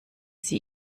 sie